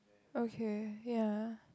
okay ya